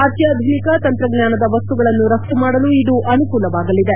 ಅತ್ಯಾಧುನಿಕ ತಂತ್ರಜ್ಞಾನದ ವಸ್ತುಗಳನ್ನು ರಫ್ತು ಮಾಡಲು ಇದು ಅನುಕೂಲವಾಗಲಿದೆ